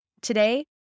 Today